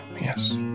Yes